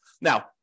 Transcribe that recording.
Now